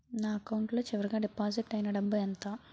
నా అకౌంట్ లో చివరిగా డిపాజిట్ ఐనా డబ్బు ఎంత?